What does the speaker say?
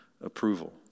approval